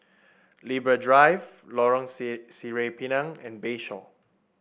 Libra Drive Lorong see Sireh Pinang and Bayshore